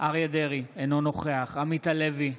אריה מכלוף דרעי, אינו נוכח עמית הלוי,